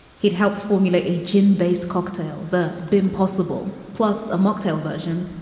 he'd helped formulate a gin based cocktail the been possible plus a cocktail version.